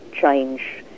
change